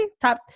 Top